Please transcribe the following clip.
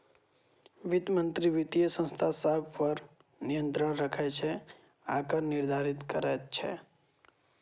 वित्त मंत्री वित्तीय संस्था सभ पर नियंत्रण राखै छै आ कर निर्धारित करैत छै